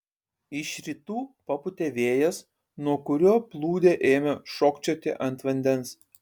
iš rytų papūtė vėjas nuo kurio plūdė ėmė šokčioti ant vandens